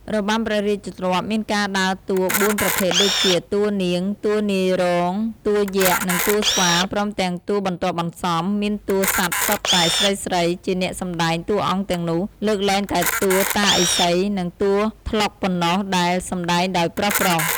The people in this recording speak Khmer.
របាំព្រះរាជទ្រព្យមានការដើរតួបួនប្រភេទដូចជា តួនាង តួនាយរោង តួយក្ស និងតួស្វា ព្រមទាំងតួបន្ទាប់បន្សំ មានតួសត្វសុទ្ធតែស្រីៗ ជាអ្នកសម្តែងតួអង្គទាំងនោះ លើកលែងតែតួតាឥសី និងតួត្លុកប៉ុណ្ណោះដែល សម្តែងដោយប្រុសៗ។